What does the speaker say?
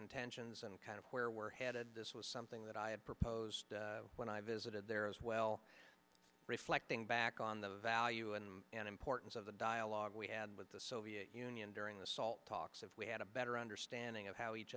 intentions and kind of where we're headed this was something that i had proposed when i visited there as well reflecting back on the value and an importance of the dialogue we had with the soviet union during the salt talks have we had a better understanding of how each